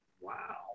Wow